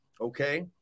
Okay